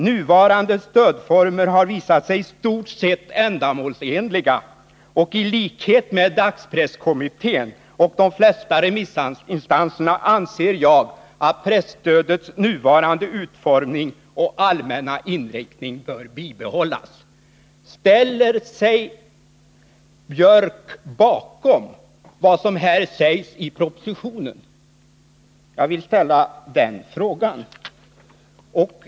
Nuvarande stödformer har visat sig i stort sett ändamålsenliga, och i likhet med dagspresskommittén och de flesta remissinstanserna anser jag att presstödets nuvarande utformning och allmänna inriktning bör behållas.” Ställer sig Anders Björck bakom vad som här sägs i propositionen? Jag vill ställa den frågan.